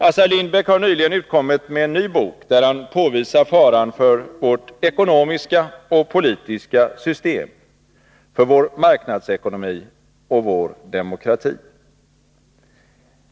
Assar Lindbeck har nyligen utkommit med en ny bok, där han påvisar faran för vårt ekonomiska och politiska system, för vår marknadsekonomi och för vår demokrati.